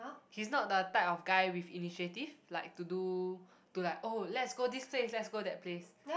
he's not the type of guy with initiative like to do to like oh let's go this place let's go that place